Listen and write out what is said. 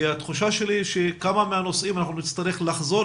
התחושה שלי היא שבתקופה הקרובה נצטרך לחזור